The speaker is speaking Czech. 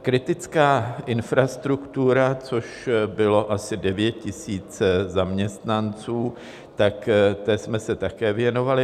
Kritická infrastruktura, což bylo asi 9 000 zaměstnanců, tak té jsme se také věnovali.